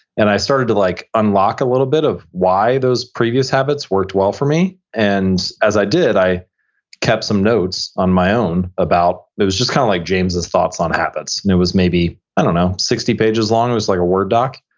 and i started to like unlock a little bit of why those previous habits worked well for me. and as i did, i kept some notes on my own about, it was just kind of like james's thoughts on habits, and it was maybe, i don't know, sixty pages long. it was like a word doc.